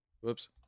Whoops